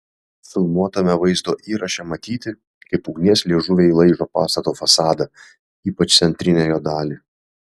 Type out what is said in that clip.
filmuotame vaizdo įraše matyti kaip ugnies liežuviai laižo pastato fasadą ypač centrinę jo dalį